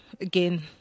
again